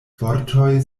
vortoj